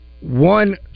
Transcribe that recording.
one